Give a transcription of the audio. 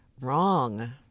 wrong